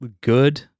good